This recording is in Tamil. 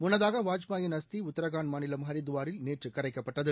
முன்னதாக வாஜ்பாயின் அஸ்தி உத்திரகாண்ட் மாநிலம் ஹரித்துவாரில் நேற்று கரைக்கப்பட்டது